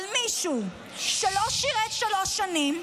אבל מישהו שלא שירת שלוש שנים,